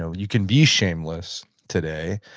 ah you can be shameless today,